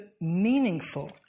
meaningful